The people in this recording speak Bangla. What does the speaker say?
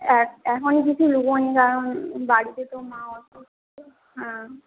এখন কিছু লিবোনি কারণ বাড়িতে তো মা অসুস্থ হ্যাঁ